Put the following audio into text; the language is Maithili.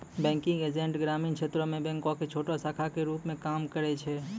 बैंकिंग एजेंट ग्रामीण क्षेत्रो मे बैंको के छोटो शाखा के रुप मे काम करै छै